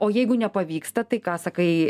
o jeigu nepavyksta tai ką sakai